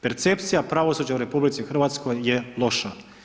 Percepcija pravosuđa u RH je loša.